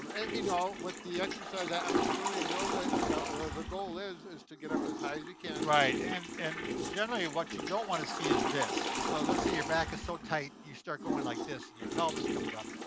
right. and, you know, with the exercise, i'm assuming in yoga the the goal is is to get up as high as you can. right and and generally what you don't wanna see is this. so let's say your back is so tight, you start going like this and your pelvis comes up.